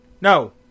no